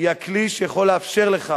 היא הכלי שיכול לאפשר לך